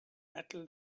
metal